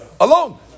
alone